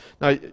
Now